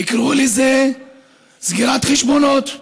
תקראו לזה סגירת חשבונות,